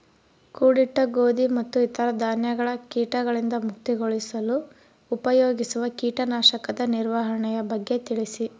ಕೂಡಿಟ್ಟ ಗೋಧಿ ಮತ್ತು ಇತರ ಧಾನ್ಯಗಳ ಕೇಟಗಳಿಂದ ಮುಕ್ತಿಗೊಳಿಸಲು ಉಪಯೋಗಿಸುವ ಕೇಟನಾಶಕದ ನಿರ್ವಹಣೆಯ ಬಗ್ಗೆ ತಿಳಿಸಿ?